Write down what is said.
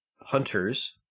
hunters